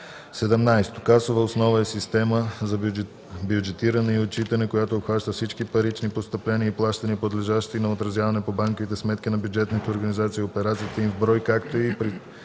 17. „Касова основа” е система за бюджетиране и отчитане, която обхваща всички парични постъпления и плащания, подлежащи на отразяване по банковите сметки на бюджетните организации, операциите им в брой, както и